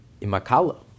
Imakala